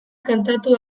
kantatu